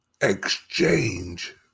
exchange